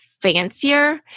fancier